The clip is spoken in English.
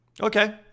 Okay